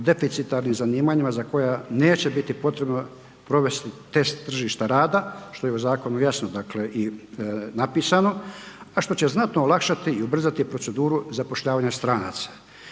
deficitarnim zanimanjima za koja neće biti potrebno provesti test tržišta rada, što je u zakonu jasno, dakle i napisano, a što će znatno olakšati i ubrzati proceduru zapošljavanja stranaca.